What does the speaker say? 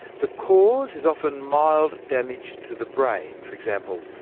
the cause is often mild damage to the brain for example,